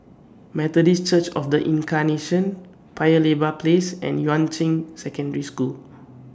Methodist Church of The Incarnation Paya Lebar Place and Yuan Ching Secondary School